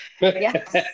Yes